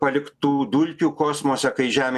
paliktų dulkių kosmose kai žemė